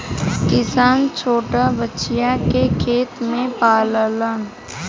किसान छोटा बछिया के खेत में पाललन